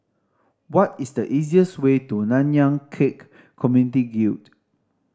what is the easiest way to Nanyang Khek Community Guild